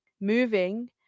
moving